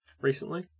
recently